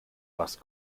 was